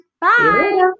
bye